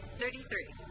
thirty-three